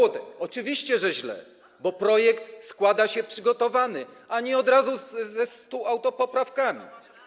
Oczywiście, że źle, bo projekt składa się przygotowany, a nie od razu ze 100 autopoprawkami.